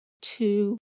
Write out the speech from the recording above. two